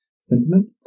sentiment